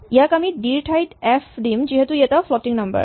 ইয়াত আমি ডি ৰ ঠাইত এফ দিম যিহেতু ই এটা ফ্লটিং নাম্বাৰ